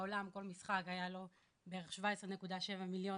בעולם כל משחק היה לו בערך 17.7 מיליון,